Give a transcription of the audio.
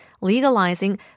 legalizing